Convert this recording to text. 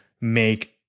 make